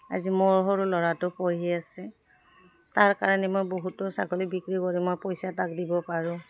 আজি মোৰ সৰু ল'ৰাটো পঢ়ি আছে তাৰ কাৰণে মই বহুতো ছাগলী বিক্ৰী কৰি মই পইচা তাক দিব পাৰোঁ